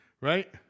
right